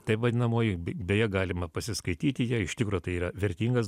taip vadinamoji beje galima pasiskaityti ją iš tikro tai yra vertingas